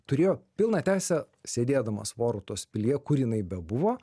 turėjo pilną teisę sėdėdamas vorutos pilyje kur jinai bebuvo